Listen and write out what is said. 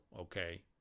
Okay